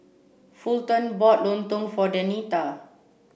Fulton bought Lontong for Denita